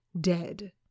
dead